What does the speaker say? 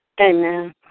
Amen